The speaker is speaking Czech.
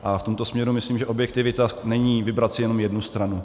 V tomto směru myslím, že objektivita není vybrat si jenom jednu stranu.